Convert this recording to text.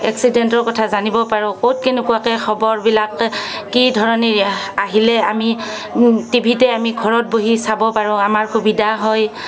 এক্সিডেণ্টৰ কথা জানিব পাৰোঁ ক'ত কেনেকুৱা খবৰবিলাক কি ধৰণে আহিলে আমি টিভিতে আমি ঘৰত বহি চাব পাৰোঁ আমাৰ সুবিধা হয়